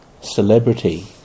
celebrity